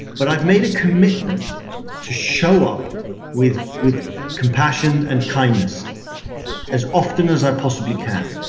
but i've made a commitment to show up with with compassion and kindness as often as i possibly can.